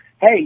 hey